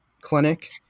clinic